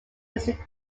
music